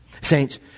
Saints